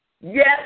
Yes